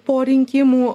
po rinkimų